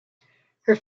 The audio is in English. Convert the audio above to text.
her